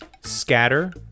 Scatter